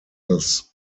das